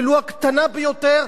ולו הקטנה ביותר,